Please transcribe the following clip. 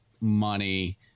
money